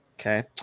Okay